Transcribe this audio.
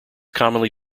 commonly